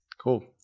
Cool